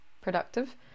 productive